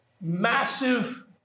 massive